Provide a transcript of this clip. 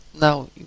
now